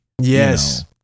Yes